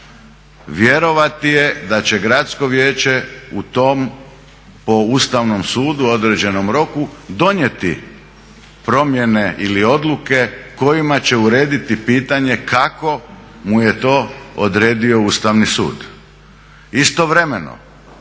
Vjerovati je da će Gradsko vijeće u tom, po Ustavnom sudu određenom, roku donijeti promjene ili odluke kojima će urediti pitanje kako mu je to odredio Ustavni sud. Istovremeno